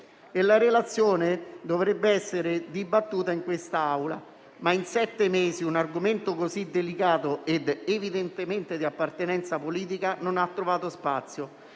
La relazione dovrebbe essere dibattuta in quest'Aula. In sette mesi, però, un argomento così delicato ed evidentemente di appartenenza politica non ha trovato spazio.